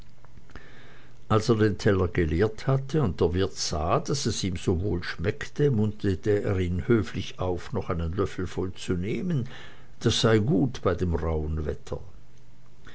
er den teller geleert hatte und der wirt sah daß es ihm so wohl schmeckte munterte er ihn höflich auf noch einen löffel voll zu nehmen das sei gut bei dem rauhen wetter